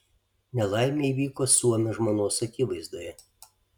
nelaimė įvyko suomio žmonos akivaizdoje